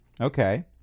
Okay